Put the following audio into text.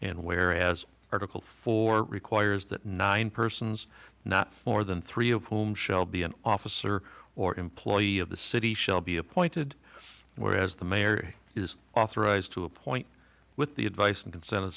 and where as article four requires that nine persons not more than three of whom shall be an officer or employee of the city shall be appointed whereas the mayor is authorized to appoint with the advice and consen